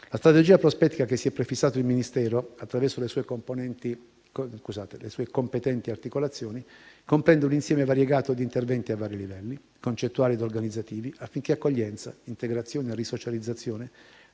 La strategia prospettica che si è prefissato il Ministero, attraverso le sue competenti articolazioni, comprende un insieme variegato di interventi a vari livelli concettuali ed organizzativi, affinché accoglienza, integrazione e risocializzazione